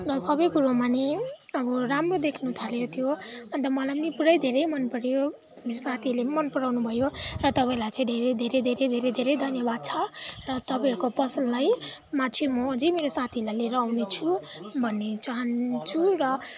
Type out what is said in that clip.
र सबै कुरोमा नै अब राम्रो देख्नुथाल्यो त्यो अन्त मलाई पनि पुरै धेरै मनपऱ्यो मेरो साथीहरूले पनि मन पराउनु भयो र तपाईँलाई चाहिँ धेरै धेरै धेरै धेरै धेरै धन्यवाद छ तपाईँहरूको पसलमैमा चाहिँ म अझै मेरो साथीहरूलाई लिएर आउनेछु भन्ने चाहन्छु र